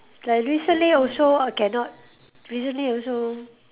like recently also uh cannot recently also